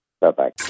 Bye-bye